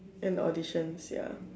and auditions ya